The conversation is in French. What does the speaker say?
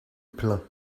plein